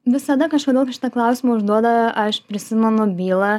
visada kažkodėl kai šitą klausimą užduoda aš prisimenu bylą